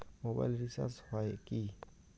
Mobile recharge হয় কি?